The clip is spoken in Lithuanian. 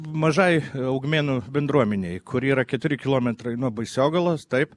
mažai augmėnų bendruomenei kuri yra keturi kilometrai nuo baisogalos taip